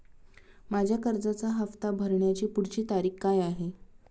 माझ्या कर्जाचा हफ्ता भरण्याची पुढची तारीख काय आहे?